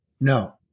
No